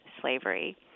slavery